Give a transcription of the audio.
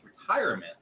retirement